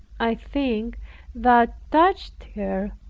i think that touched her,